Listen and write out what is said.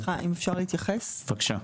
בבקשה.